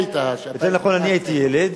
כשאתה היית, יותר נכון, אני הייתי ילד,